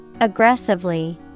Aggressively